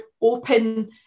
open